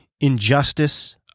injustice